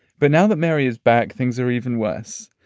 but now that mary is back. things are even worse.